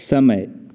समय